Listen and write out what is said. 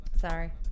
sorry